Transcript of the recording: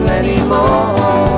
anymore